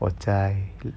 我在